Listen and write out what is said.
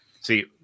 See